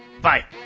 Bye